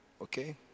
Okay